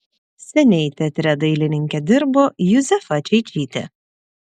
seniai teatre dailininke dirbo juzefa čeičytė